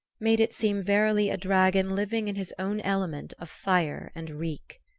made it seem verily a dragon living in his own element of fire and reek.